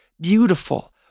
beautiful